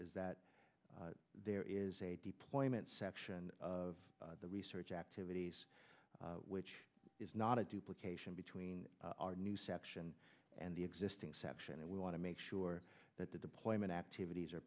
is that there is a deployment section of the research activities which is not a duplications between our new section and the existing section and we want to make sure that the deployment activities are